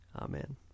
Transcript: Amen